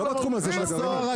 האוצר, בבקשה.